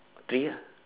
three ah